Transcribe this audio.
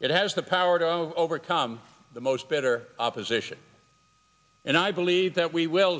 it has the power to overcome the most bitter opposition and i believe that we will